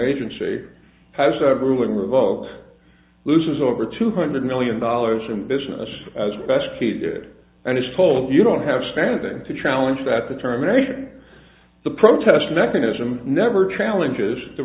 agency has a ruling revote loses over two hundred million dollars in business as best he did and is told you don't have standing to challenge that determination the protest mechanism never challenges the